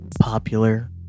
popular